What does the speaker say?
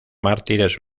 mártires